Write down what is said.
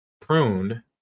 pruned